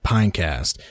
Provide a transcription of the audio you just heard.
Pinecast